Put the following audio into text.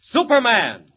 Superman